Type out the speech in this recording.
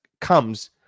comes